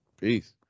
Peace